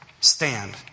stand